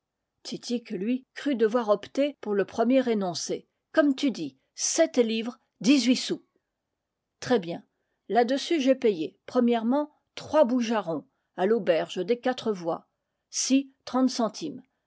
titik lui crut devoir opter pour le premier énoncé comme tu dis sept livres dix-huit sous très bien là-dessus j'ai payé trois boujarons à l'auberge des quatre voies ci trente centimes